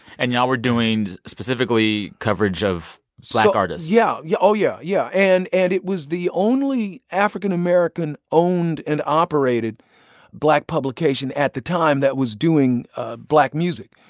and y'all were doing, specifically, coverage of black artists yeah yeah. oh, yeah. yeah. and and it was the only african-american-owned and operated black publication at the time that was doing ah black music.